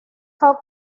hop